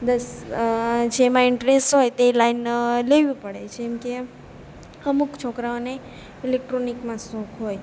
દસ જેમમાં ઈન્ટરેસ્ટ હોય તે લાઈન લેવી પડે જેમકે અમુક છોકરાઓને ઇલેક્ટ્રોનિકમાં શોખ હોય